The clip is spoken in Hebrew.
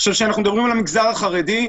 כשאנחנו מדברים על המגזר החרדי,